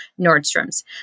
Nordstrom's